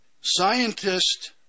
Scientists